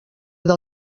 del